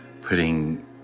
putting